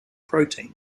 protein